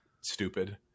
stupid